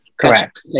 Correct